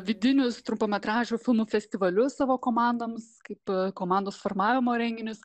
vidinius trumpametražių filmų festivalius savo komandoms kaip komandos formavimo renginius